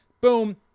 Boom